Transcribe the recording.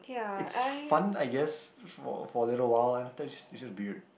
it's fun I guess for for a little while and after that just it's just weird